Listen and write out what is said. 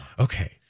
Okay